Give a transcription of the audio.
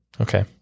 Okay